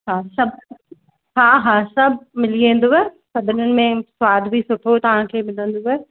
हा सभु हा हा सभु मिली वेंदव सभिनिनि में सवादु बि सुठो तव्हांखे मिलंदव